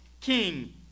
king